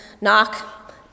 knock